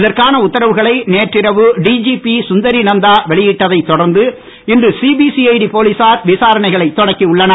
இதற்கான உத்தரவுகளை நேற்றிரவு டிஜிபி சுந்தரி நந்தா வெளியிட்டதை தொடர்ந்து இன்று சிபி சிஜடி போலீசார் விசாரணைகளை தொடக்கி உள்ளனர்